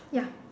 ya